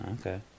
okay